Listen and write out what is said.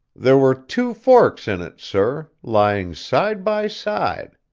there were two forks in it, sir, lying side by side.